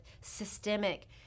systemic